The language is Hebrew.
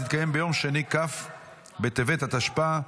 הצבעה.